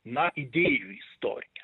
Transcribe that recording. na idėjų istorija